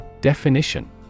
Definition